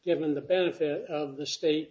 given the benefit of the state